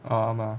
oh my